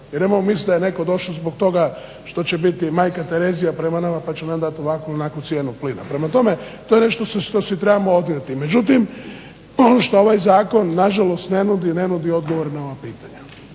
Jer ne možemo mislit da je netko došao zbog toga što će biti Majka Terezija prema nama pa će nam dat ovakvu ili onakvu cijenu plina. Prema tome to je nešto što si trebamo donijeti. Međutim što je ovaj zakon nažalost ne nudi odgovor na ova pitanja.